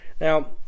Now